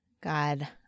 God